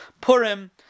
Purim